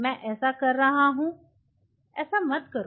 मैं ऐसा कर रहा हूं ऐसा मत करो